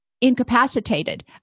incapacitated